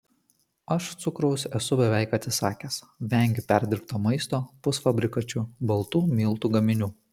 aš cukraus esu beveik atsisakęs vengiu perdirbto maisto pusfabrikačių baltų miltų gaminių